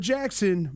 Jackson